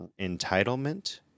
entitlement